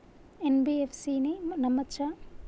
NBFC ని నమ్మచ్చా?